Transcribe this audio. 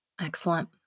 Excellent